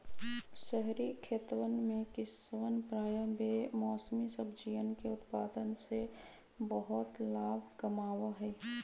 शहरी खेतवन में किसवन प्रायः बेमौसमी सब्जियन के उत्पादन से बहुत लाभ कमावा हई